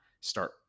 start